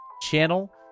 channel